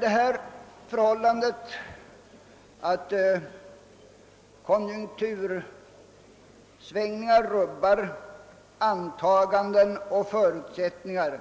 Det förhållandet att konjunktursvängningar rubbar antaganden och förutsättningar